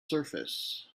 surface